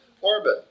orbit